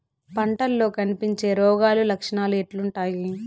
పంటల్లో కనిపించే రోగాలు లక్షణాలు ఎట్లుంటాయి?